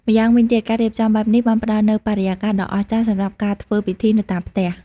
ម្យ៉ាងវិញទៀត ការរៀបចំបែបនេះបានផ្តល់នូវបរិយាកាសដ៏អស្ចារ្យសម្រាប់ការធ្វើពិធីនៅតាមផ្ទះ។